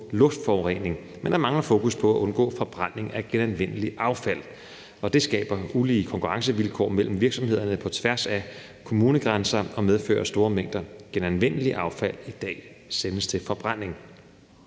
luftforurening, men der mangler fokus på at undgå forbrænding af genanvendeligt affald. Det skaber ulige konkurrencevilkår mellem virksomhederne på tværs af kommunegrænser og medfører, at store mængder genanvendeligt affald i dag sendes til forbrænding.